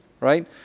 right